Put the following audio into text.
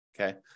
okay